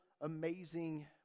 amazing